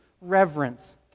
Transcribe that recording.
reverence